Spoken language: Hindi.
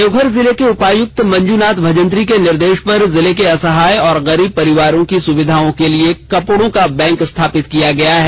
देवघर जिले के उपायुक्त मंजूनाथ भजंत्री के निर्देश पर जिले के असहाय और गरीब परिवारों की सुविधा को लिए कपड़ों का बैंक स्थापित किया गया है